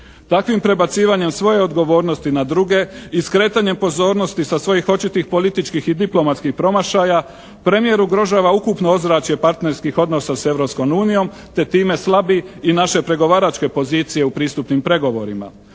Takvim prebacivanjem svoje odgovornosti na druge i skretanjem pozornosti sa svojih očitih političkih i diplomatskih promašaja premijer ugrožava ukupno ozračje partnerskih odnosa sa Europskom unijom te time slabi i naše pregovaračke pozicije u pristupnim pregovorima.